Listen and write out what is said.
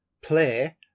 play